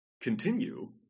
continue